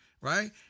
right